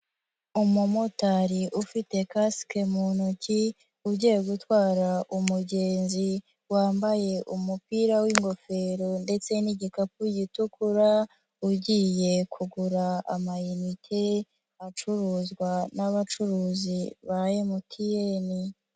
Umumotari ufite kasike mu ntoki, ugiye gutwara umugenzi wambaye umupira w'ingofero ndetse nigikapu gitukura, ugiye kugura amayinite, acuruzwa n'abacuruzi ba MTN.